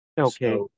Okay